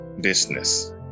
business